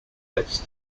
list